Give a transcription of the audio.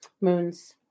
moons